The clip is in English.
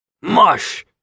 Mush